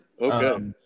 Okay